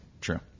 True